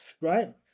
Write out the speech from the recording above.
Right